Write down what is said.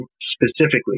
specifically